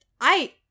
I-